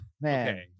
man